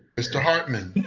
mr. hartman?